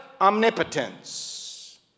omnipotence